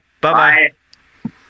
Bye-bye